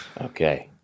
okay